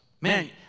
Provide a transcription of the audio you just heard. Man